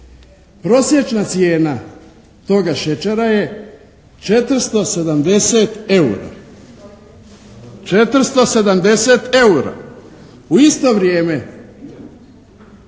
Prosječna cijena toga šećera je 470 eura. 470 eura! U isto vrijeme